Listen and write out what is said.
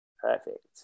Perfect